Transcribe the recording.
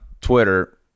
Twitter